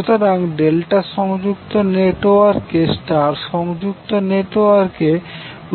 সুতরাং ∆ সংযুক্ত নেটওয়ার্ককে স্টার সংযুক্ত নেটওয়ার্কে